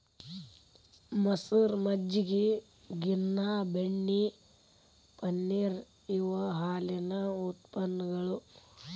ಮಸರ, ಮಜ್ಜಗಿ, ಗಿನ್ನಾ, ಬೆಣ್ಣಿ, ಪನ್ನೇರ ಇವ ಹಾಲಿನ ಉತ್ಪನ್ನಗಳು